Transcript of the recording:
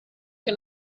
che